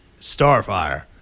Starfire